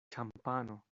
ĉampano